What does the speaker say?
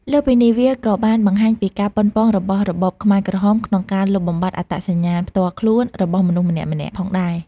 លើសពីនេះ វាក៏បានបង្ហាញពីការប៉ុនប៉ងរបស់របបខ្មែរក្រហមក្នុងការលុបបំបាត់ អត្តសញ្ញាណផ្ទាល់ខ្លួន របស់មនុស្សម្នាក់ៗផងដែរ។